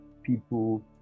people